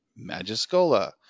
Magiscola